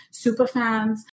Superfans